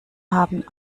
haben